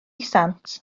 sant